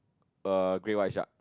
a great white shark